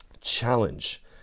Challenge